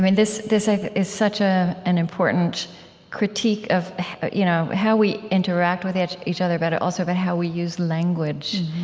mean, this this is such ah an important critique of you know how we interact with each each other, but also about how we use language.